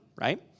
right